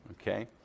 Okay